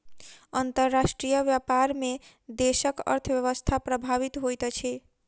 अंतर्राष्ट्रीय व्यापार में देशक अर्थव्यवस्था प्रभावित होइत अछि